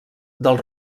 del